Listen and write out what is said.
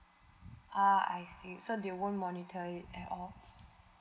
ah I see so they won't monitor it at all